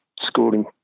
schooling